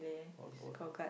all bald